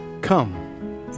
come